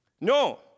no